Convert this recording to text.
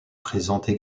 présentent